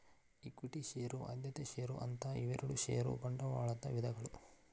equity share ಆದ್ಯತೆಯ share ಅಂತ ಇವೆರಡು ಷೇರ ಬಂಡವಾಳದ ವಿಧಗಳು